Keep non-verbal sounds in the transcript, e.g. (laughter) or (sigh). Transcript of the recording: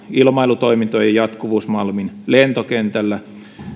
(unintelligible) ilmailutoimintojen jatkuvuus malmin lentokentällä